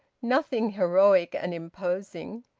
nothing heroic and imposing!